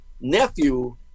nephew